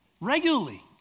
regularly